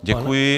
Děkuji.